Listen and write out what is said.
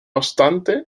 obstante